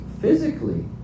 physically